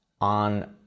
on